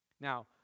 Now